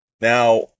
Now